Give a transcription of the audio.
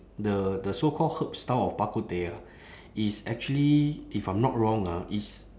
the the so called herbs style of bak kut teh ah is actually if I'm not wrong ah is